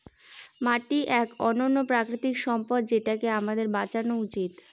মাটি এক অনন্য প্রাকৃতিক সম্পদ যেটাকে আমাদের বাঁচানো উচিত